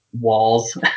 walls